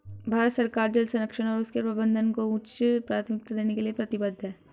भारत सरकार जल संरक्षण और उसके प्रबंधन को उच्च प्राथमिकता देने के लिए प्रतिबद्ध है